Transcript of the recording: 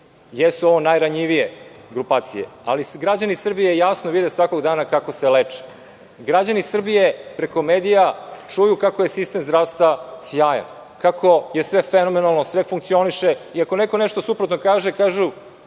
Jesu ovo najranjivije grupacije, ali građani Srbije jasno vide svakog dana kako se leče. Građani Srbije preko medija čuju kako je sistem zdravstva sjajan, kako je sve fenomenalno, sve funkcioniše i ako neko nešto suprotno kaže, kažu